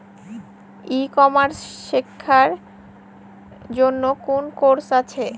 ই commerce শেক্ষার জন্য কোন কোর্স আছে?